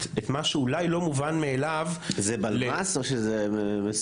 מה שאולי לא מובן מאליו --- זה בלתי מסווג או מסווג?